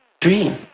Dream